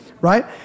Right